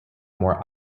more